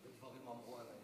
אדוני היושב-ראש,